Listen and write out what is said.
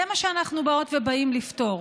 זה מה שאנחנו באות ובאים לפתור.